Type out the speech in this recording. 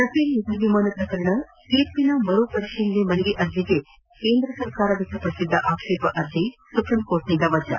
Rafale ಯುದ್ದವಿಮಾನ ಪ್ರಕರಣ ತೀರ್ಪಿನ ಮರು ಪರಿಶೀಲನೆ ಮನವಿ ಅರ್ಜಿಗೆ ಕೇಂದ್ರ ಸರ್ಕಾರ ವ್ಯಕ್ತಪಡಿಸಿದ್ದ ಆಕ್ಷೇಪ ಅರ್ಜಿ ಸುಪ್ರೀಂಕೋರ್ಟ್ನಿಂದ ವಜಾ